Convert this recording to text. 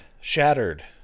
Shattered